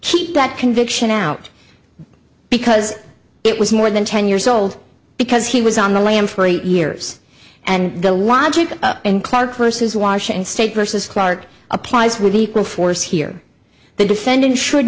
keep that conviction out because it was more than ten years old because he was on the lam for eight years and the logic in clark versus washington state versus clarke applies with equal force here the defendant should